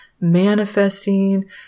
manifesting